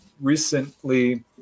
recently